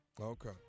Okay